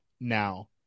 now